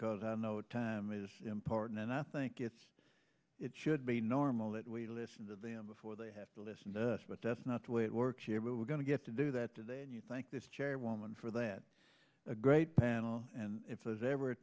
because i know time is important and i think it's it should be normal that we listen to them before they have to listen to us but that's not the way it works here but we're going to get to do that and you think this chairwoman for that a great panel and if there's ever a